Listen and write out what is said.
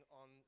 on